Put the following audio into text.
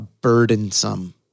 burdensome